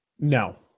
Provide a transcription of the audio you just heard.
No